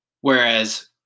Whereas